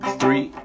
three